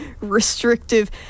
restrictive